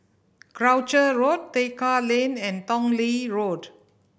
Croucher Road Tekka Lane and Tong Lee Road